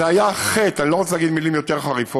זה היה חטא, אני לא רוצה להגיד מילים יותר חריפות.